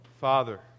Father